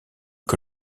que